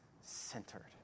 centered